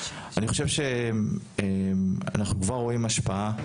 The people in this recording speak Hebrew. אני חושב שאנחנו כבר רואים השפעה,